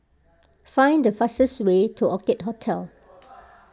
find the fastest way to Orchid Hotel